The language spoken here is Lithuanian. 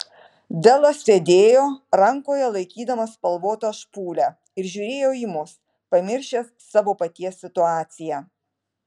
delas sėdėjo rankoje laikydamas spalvotą špūlę ir žiūrėjo į mus pamiršęs savo paties situaciją